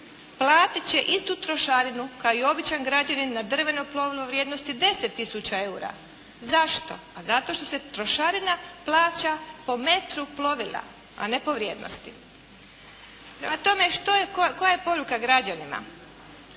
platit će istu trošarinu kao i običan građanin na drveno plovilo vrijednosti 10000 eura. Zašto? Pa zato što se trošarina plaća po metru plovila, a ne po vrijednosti. Prema tome, što je, koja je poruka građanima?